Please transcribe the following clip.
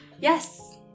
Yes